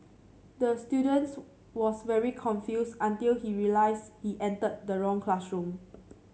the students was very confused until he realised he entered the wrong classroom